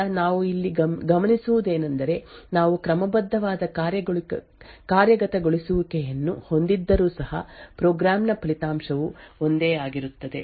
ಆದ್ದರಿಂದ ನಾವು ಇಲ್ಲಿ ಗಮನಿಸುವುದೇನೆಂದರೆ ನಾವು ಕ್ರಮಬದ್ಧವಾದ ಕಾರ್ಯಗತಗೊಳಿಸುವಿಕೆಯನ್ನು ಹೊಂದಿದ್ದರೂ ಸಹ ಪ್ರೋಗ್ರಾಂ ನ ಫಲಿತಾಂಶವು ಒಂದೇ ಆಗಿರುತ್ತದೆ